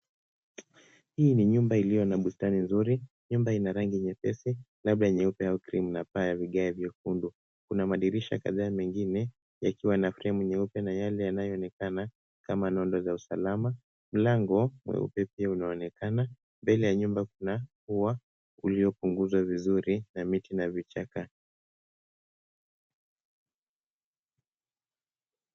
Hii ni nyumba iliyo na bustani nzuri. Nyumba ina rangi nyepesi, labda nyeupe au krimu na paa ya vigae vyekundu. Kuna madirisha kadhaa mengine, yakiwa yana fremu nyeupe na yale yanayoonekana kama nundu za usalama. Mlango mweupe pia unaonekana. Mbele ya nyumba kuna ua uliopunguzwa vizuri na miti na vichaka.